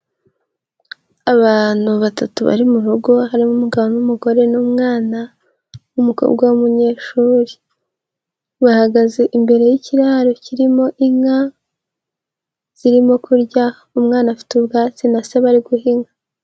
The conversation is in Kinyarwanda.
Abantu batatu bari mu rugo, harimo umugabo n'umugore n'umwana w'umukobwa w'umunyeshuri. Bahagaze imbere y'ikiraro kirimo inka zirimo kurya, umwana afite ubwatsi na se bari guha inka.